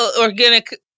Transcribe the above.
organic